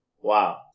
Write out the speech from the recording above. Wow